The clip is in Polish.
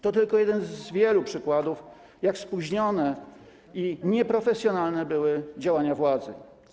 To tylko jeden z wielu przykładów, jak spóźnione i nieprofesjonalne były działania władzy.